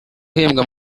ahembwa